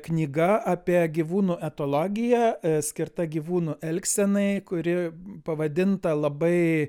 knyga apie gyvūnų etologiją skirta gyvūnų elgsenai kuri pavadinta labai